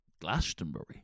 Glastonbury